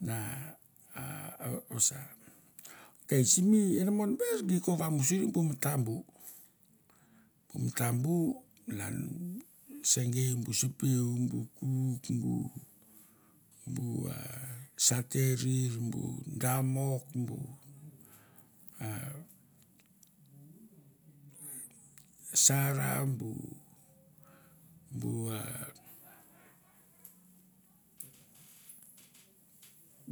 Na a a vasa. Ok simi inamon be gi ko vamusuri bu matam bu, bu matambu malan se gei bu sepeu, bu kuk, bu bu a saterir, bu damok, bu a saram bu bu a